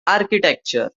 architecture